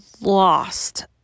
lost